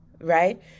right